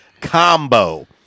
combo